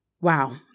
Wow